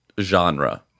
genre